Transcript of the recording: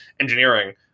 engineering